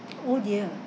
oh dear